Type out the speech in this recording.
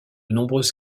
nombreuses